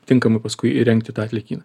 tinkamai paskui įrengti tą atliekyną